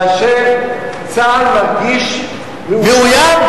כאשר צה"ל מרגיש מאוים,